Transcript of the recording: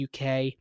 UK